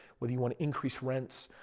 whether you want to increase rents.